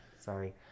Sorry